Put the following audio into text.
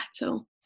battle